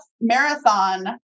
marathon